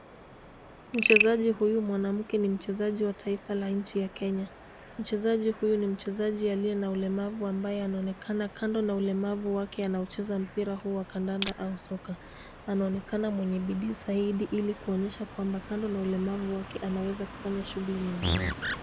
Mchezaji huyu mwanamke ni mchezaji wa taifa la nchi ya Kenya. Mcezji huyu ni mchezaji aliye na ulemavu ambaye anaonekana kando na ulemavu wake anauchez mpira huo wa kandanda au soka. Anaonekana mwenye bidii zaidi ili kuonyesha kwamba kando na ulemavu wake anaweza kufanya shughuli nyinginezo.